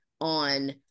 on